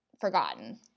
forgotten